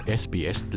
sbs